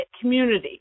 community